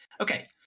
Okay